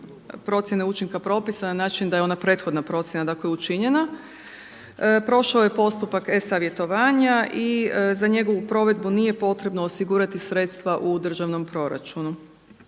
učinka propisa na način da je ona prethodna procjena, dakle učinjena. Prošao je postupak e-savjetovanja i za njegovu provedbu nije potrebno osigurati sredstva u državnom proračunu.